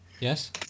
Yes